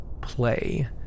play